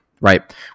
right